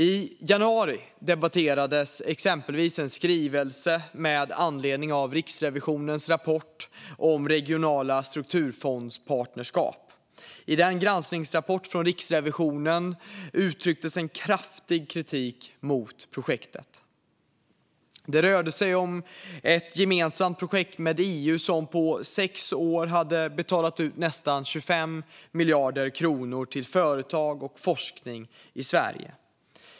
I januari debatterades exempelvis en skrivelse med anledning av Riksrevisionens rapport om regionala strukturfondspartnerskap. I en granskningsrapport från Riksrevisionen uttrycktes kraftig kritik mot projektet. Det rörde sig om ett gemensamt projekt med EU som på sex år hade betalat ut nästan 25 miljarder kronor till företag och forskning i Sverige.